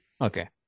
okay